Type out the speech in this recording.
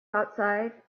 outside